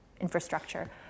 infrastructure